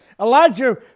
Elijah